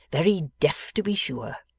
very deaf to be sure